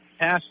Pass